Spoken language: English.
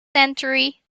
century